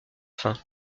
fin